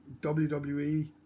WWE